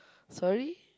sorry